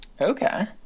Okay